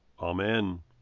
Amen